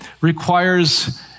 requires